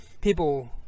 people